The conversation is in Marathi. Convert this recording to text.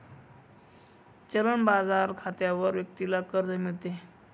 चलन बाजार खात्यावर व्यक्तीला कर्ज मिळते